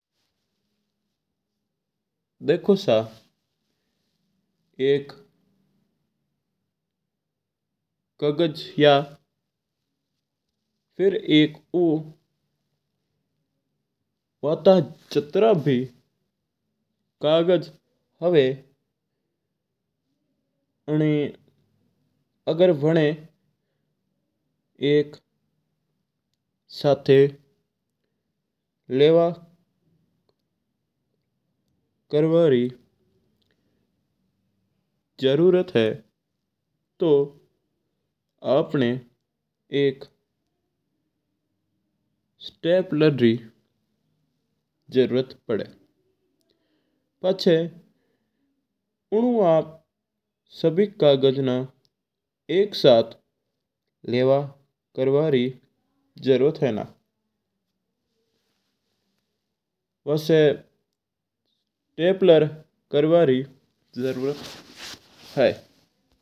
देखो सा हुकम एक कागज या फिर एक उ जित्ता भी कागज हुआ अगर वाना एक सत्ता लेवा वर्री जरूरत है तो आपणा एक स्टेपलर री। पछा उनो आप सभी कागज ना एक साथ लेबा री जरूरत हुआ ना पछा स्टेपलर करना री जरूरत है।